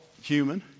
human